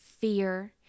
fear